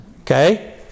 Okay